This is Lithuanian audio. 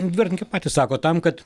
dviratininkai patys sako tam kad